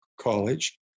college